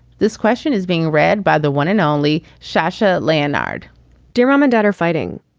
this question is being read by the one and only shasha lanard dear mom and dad are fighting.